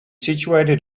situated